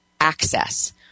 access